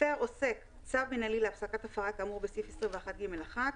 הפר עוסק צו מינהלי להפסקת הפרה כאמור בסעיף 21ג1,